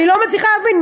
אני לא מצליחה להבין.